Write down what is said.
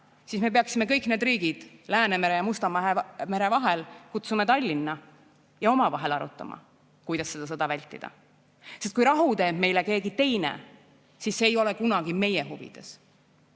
siis me peaksime kõik need riigid Läänemere ja Musta mere vahel kutsuma Tallinna ja omavahel arutama, kuidas seda sõda vältida. Kui rahu teeb meile keegi teine, siis see ei ole kunagi meie huvides.